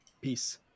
Peace